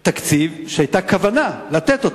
תקציב שהיתה כוונה לתת אותו.